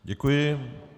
Děkuji.